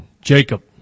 Jacob